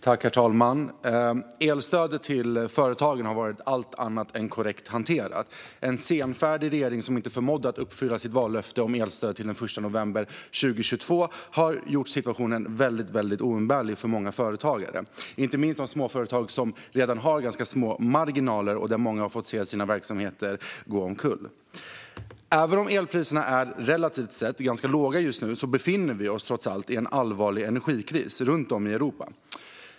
Herr talman! Elstödet till företagen har varit allt annat än korrekt hanterat. En senfärdig regering som inte förmådde att uppfylla sitt vallöfte om elstöd till den 1 november 2022 har gjort situationen ohållbar för väldigt många företagare. Inte minst många småföretagare som redan haft ganska små marginaler har fått se sina verksamheter gå omkull. Även om elpriserna relativt sett är ganska låga just nu befinner vi oss trots allt i en allvarlig energikris runt om i Europa.